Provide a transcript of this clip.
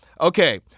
okay